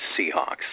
Seahawks